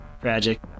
Tragic